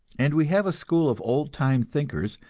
and we have a school of old-time thinkers,